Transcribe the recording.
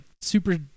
super